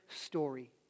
story